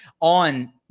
on